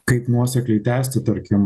kaip nuosekliai tęsti tarkim